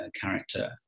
character